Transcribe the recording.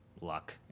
luck